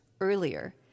earlier